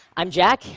i'm jack,